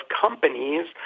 companies